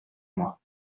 moi